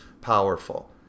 powerful